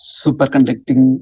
superconducting